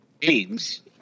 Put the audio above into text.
games